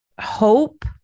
hope